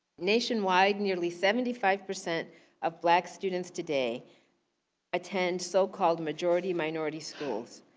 nationwide nearly seventy five percent of black students today attend so called majority minority schools.